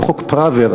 בחוק פראוור,